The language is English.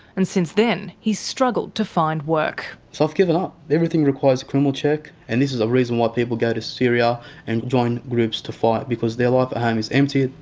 and since then he's struggled to find work. so i've given up, everything requires check. and this is the reason why people go to syria and join groups to fight, because their life at home is empty,